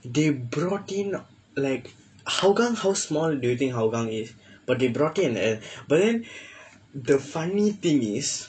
they brought in like hougang how small do you think hougang is but they brought it and but then the funny thing is